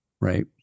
right